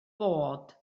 bod